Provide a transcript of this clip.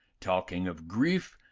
talking of grief,